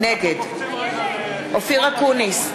נגד אופיר אקוניס,